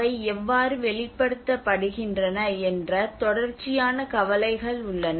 அவை எவ்வாறு வெளிப்படுத்தப்படுகின்றன என்ற தொடர்ச்சியான கவலைகள் உள்ளன